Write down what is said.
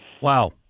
Wow